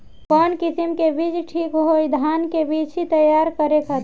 कवन किस्म के बीज ठीक होई धान के बिछी तैयार करे खातिर?